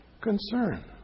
concern